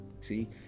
See